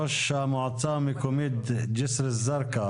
ראש המועצה המקומית ג'סר א-זרקא.